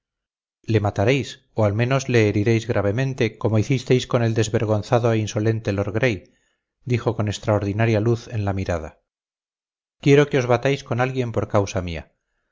le mataréis o al menos le heriréis gravemente como hicisteis con el desvergonzado e insolente lord gray dijo con extraordinaria luz en la mirada quiero que os batáis con alguien por causa mía